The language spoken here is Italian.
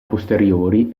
posteriori